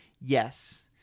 yes